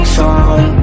song